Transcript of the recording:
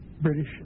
British